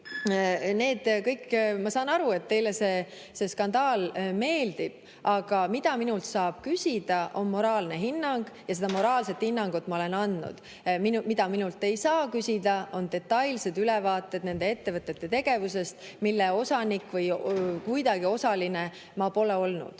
kinnitada. Ma saan aru, et teile see skandaal meeldib, aga mida minult saab küsida, on moraalne hinnang, ja moraalse hinnangu ma olen andnud. Mida minult ei saa küsida, on detailsed ülevaated nende ettevõtete tegevuse kohta, mille osanik või kuidagi osaline ma pole olnud.